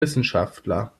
wissenschaftler